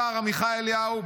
השר עמיחי אליהו,